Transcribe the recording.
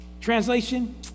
Translation